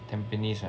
tampines ah